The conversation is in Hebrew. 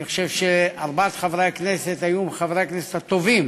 אני חושב שארבעת חברי הכנסת היו מחברי הכנסת הטובים